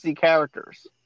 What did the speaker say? characters